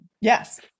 yes